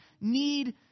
need